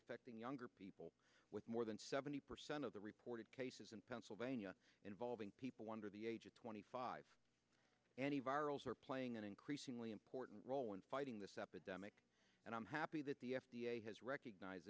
affecting younger people with more than seventy percent of the reported cases in pennsylvania involving people under the age of twenty five antivirals are playing an increasingly important role in fighting this epidemic and i'm happy that the f d a has recognize